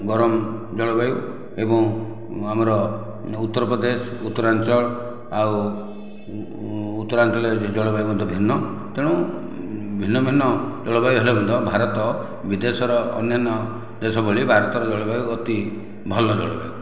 ଗରମ ଜଳବାୟୁ ଏବଂ ଆମର ଉତ୍ତର ପ୍ରଦେଶ ଉତ୍ତରାଞ୍ଚଳ ଆଉ ଉତ୍ତରାଞ୍ଚଳରେ ଜଳବାୟୁ ମଧ୍ୟ ଭିନ୍ନ ତେଣୁ ଭିନ୍ନ ଭିନ୍ନ ଜଳବାୟୁ ହେଲେ ମଧ୍ୟ ଭାରତ ବିଦେଶର ଅନ୍ୟାନ୍ୟ ଦେଶ ଭଳି ଭାରତର ଜଳବାୟୁ ଅତି ଭଲ ଜଳବାୟୁ